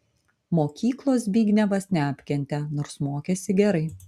mokyklos zbignevas neapkentė nors mokėsi gerai